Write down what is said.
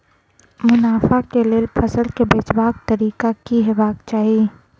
मुनाफा केँ लेल फसल केँ बेचबाक तरीका की हेबाक चाहि?